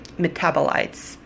metabolites